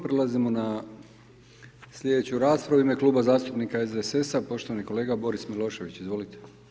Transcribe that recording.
Prelazimo na sljedeću raspravu, u ime Kluba zastupnika SDSS-a, poštovani kolega Boris Milošević, izvolite.